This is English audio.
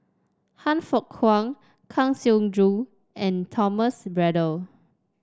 Han Fook Kwang Kang Siong Joo and Thomas Braddell